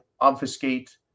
obfuscate